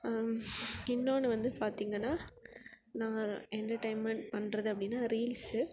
இன்னொன்று வந்து பார்த்திங்கன்னா நான் எண்டெர்டைன்மெண்ட் பண்ணுறது அப்படின்னா ரீல்ஸு